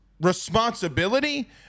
responsibility